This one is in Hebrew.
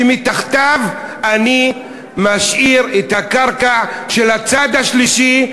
שמתחתיו: אני משאיר את הקרקע של הצד השלישי,